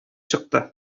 чыкты